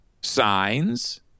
signs